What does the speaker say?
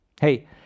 Hey